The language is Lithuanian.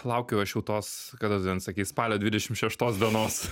laukiu aš jau tos kada tu ten sakei spalio dvidešimt šeštos dienos